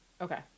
Okay